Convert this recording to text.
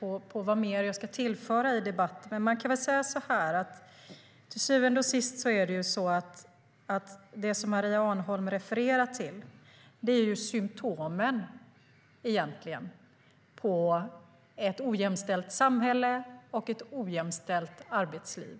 på vad jag ska tillföra i debatten. Till syvende och sist är det som Maria Arnholm refererar till egentligen symtomen på ett ojämställt samhälle och ett ojämställt arbetsliv.